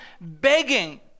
begging